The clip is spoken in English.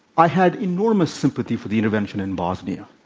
i had enormous sympathy for the intervention in bosnia.